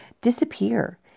disappear